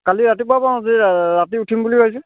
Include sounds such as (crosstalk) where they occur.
কালি ৰাতিপুৱা (unintelligible) যে ৰাতি উঠিম বুলি ভাবিছো